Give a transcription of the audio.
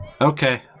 Okay